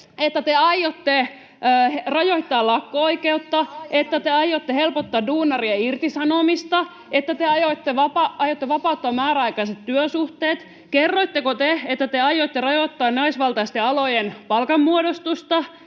että te aiotte rajoittaa lakko-oikeutta, että te aiotte helpottaa duunarien irtisanomista, että te aiotte vapauttaa määräaikaiset työsuhteet? Kerroitteko te, että te aiotte rajoittaa naisvaltaisten alojen palkanmuodostusta?